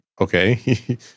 Okay